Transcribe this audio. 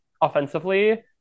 offensively